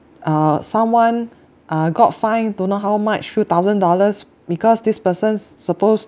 uh someone uh got fined don't know how much few thousand dollars because this person's supposed